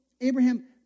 Abraham